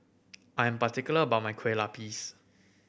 I'm particular about my Kueh Lapis